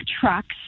trucks